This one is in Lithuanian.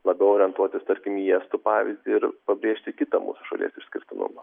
labiau orientuotis tarkim į estų pavyzdį ir pabrėžti kitą mūsų šalies išskirtinumą